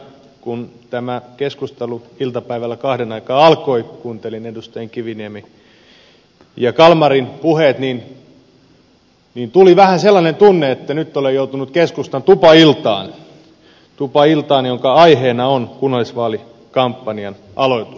kun tämä keskustelu iltapäivällä kahden aikaan alkoi ja kuuntelin edustajien kiviniemi ja kalmari puheet niin tuli vähän sellainen tunne että nyt olen joutunut keskustan tupailtaan tupailtaan jonka aiheena on kunnallisvaalikampanjan aloitus